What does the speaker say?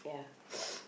yeah